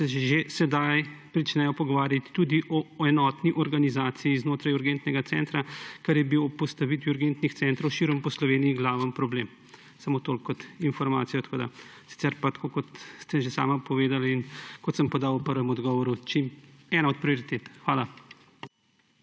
da se že sedaj pričnejo pogovarjati tudi o enotni organizaciji znotraj urgentnega centra, kar je bil ob postavitvi urgentnih centrov širom po Sloveniji glavni problem. Samo toliko kot informacijo. Sicer pa tako kot ste že sami povedali in kot sem podal v prvem odgovoru, ena od prioritet. Hvala.